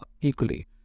equally